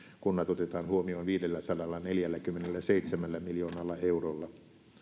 kunnat otetaan huomioon viidelläsadallaneljälläkymmenelläseitsemällä miljoonalla eurolla